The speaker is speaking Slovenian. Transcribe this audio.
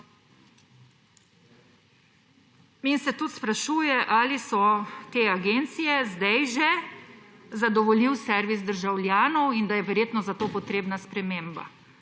In se tudi sprašuje, ali so te agencije sedaj že zadovoljiv servis državljanov in da je verjetno zato potrebna sprememba.